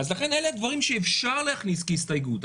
לכן אלה דברים שאפשר להכניס כהסתייגות.